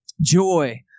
joy